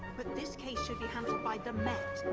but this case should be handled by the met.